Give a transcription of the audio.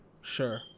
sure